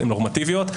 נורמטיביות.